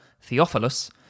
Theophilus